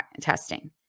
testing